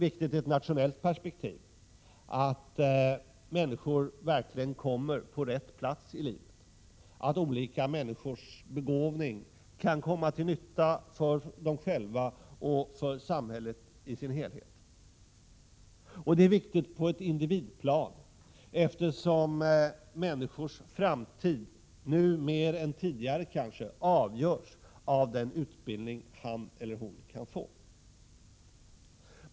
I ett nationellt perspektiv är det viktigt att människor verkligen kommer på rätt plats i livet, att olika människors begåvning kan komma till nytta för dem själva och för samhället i sin helhet. Detta är också viktigt på det individuella planet, eftersom människors framtid i dag kanske mer än tidigare avgörs av den utbildning han eller hon kan få.